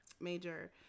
major